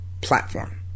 platform